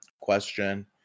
question